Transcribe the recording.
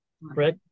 right